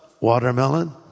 watermelon